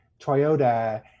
Toyota